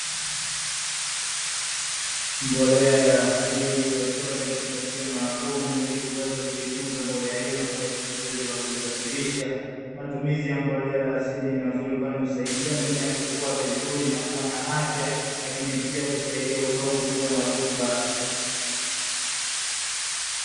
Mbolea ya asili iliyotiwa katika kifungashio maalumu ili kuweza kuitunza mbolea hiyo na kurahisisha zoezi la kuisafirisha, matumizi ya mbolea za asili ni mazuri kwani husaidia mimea kukua vizuri na kuwa na afya, lakini pia husaidia udongo kuwa na rutuba.